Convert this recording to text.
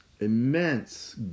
immense